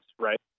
right